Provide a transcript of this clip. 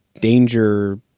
danger